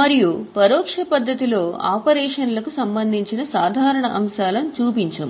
మరియు పరోక్ష పద్ధతిలో ఆపరేషన్లకు సంబంధించిన సాధారణ అంశాలను చూపించము